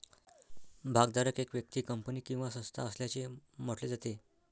भागधारक एक व्यक्ती, कंपनी किंवा संस्था असल्याचे म्हटले जाते